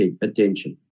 attention